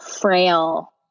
frail